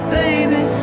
baby